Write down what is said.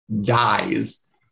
dies